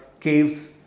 caves